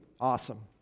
Awesome